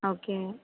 okay